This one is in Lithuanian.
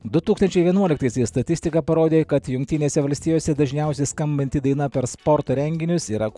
du tūkstančiai vienuoliktaisiais statistika parodė kad jungtinėse valstijose dažniausiai skambanti daina per sporto renginius yra